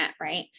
right